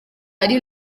ari